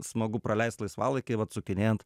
smagu praleist laisvalaikį vat sukinėjant